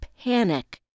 panic